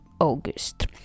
august